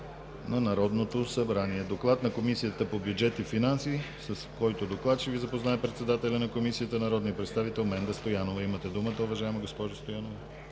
ОТ НАРОДНОТО СЪБРАНИЕ. Доклад на Комисията по бюджет и финанси, с който ще ни запознае председателят на Комисията – народният представител Менда Стоянова. Имате думата, уважаема госпожо Стоянова.